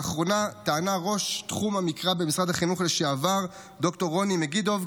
לאחרונה טענה ראש תחום המקרא לשעבר במשרד החינוך ד"ר רוני מגידוב,